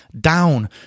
down